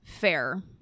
fair